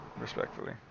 Respectfully